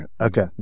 Okay